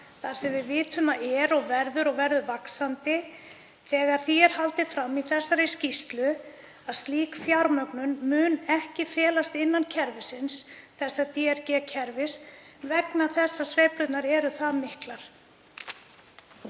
sem við vitum að er fyrir hendi og fer vaxandi, þegar því er haldið fram í þessari skýrslu að slík fjármögnun muni ekki felast innan kerfisins, þessa DRG-kerfis, vegna þess að sveiflurnar séu það miklar.